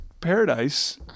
paradise